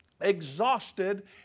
exhausted